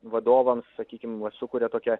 vadovams sakykim sukuria tokią